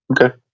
Okay